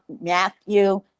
matthew